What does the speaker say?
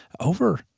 over